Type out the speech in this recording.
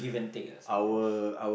our our